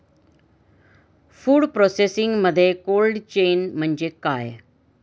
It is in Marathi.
फूड प्रोसेसिंगमध्ये कोल्ड चेन म्हणजे काय?